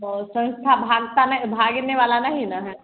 और संस्था भागता नहीं भागने वाला नहीं न है